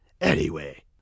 Anyway